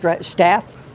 staff